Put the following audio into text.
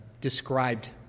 Described